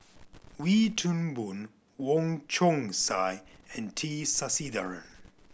Wee Toon Boon Wong Chong Sai and T Sasitharan